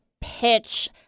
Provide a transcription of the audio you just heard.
pitch –